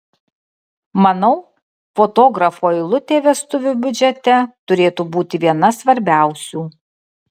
manau fotografo eilutė vestuvių biudžete turėtų būti viena svarbiausių